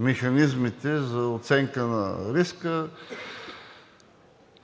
механизмите за оценка на риска,